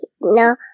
No